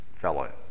fellow